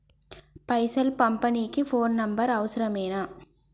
పైసలు పంపనీకి phone number అవసరమేనా?